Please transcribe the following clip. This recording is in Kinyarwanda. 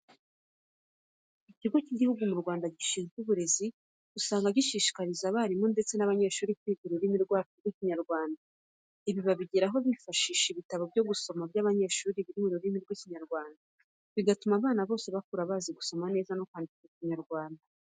Ikigo cy'igihugu mu Rwanda gishinzwe uburezi usanga gishishikariza abarimu ndetse n'abanyeshuri kwiga ururimi rwacu rw'ikinyarwanda. Ibi babigeraho bifashisha ibitabo byo gusoma by'abanyeshuri biri mu rurimi rw'Ikinyarwanda bigatuma abana bose bakura bazi gusoma no kwandika ikinyarwanda.